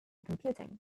computing